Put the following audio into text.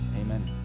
Amen